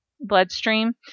bloodstream